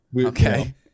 Okay